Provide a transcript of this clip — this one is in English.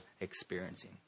experiencing